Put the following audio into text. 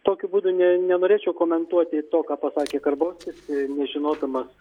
tokiu būdu ne nenorėčiau komentuoti to ką pasakė karbauskis nežinodamas